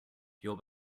your